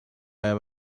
have